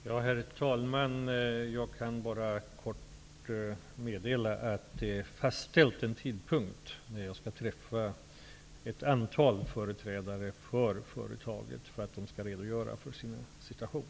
Herr talman! Jag kan bara kort meddela att en tidpunkt är fastställd när jag skall träffa ett antal företrädare för företaget, för att dessa skall redogöra för sin situation.